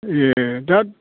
ए दा